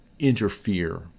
interfere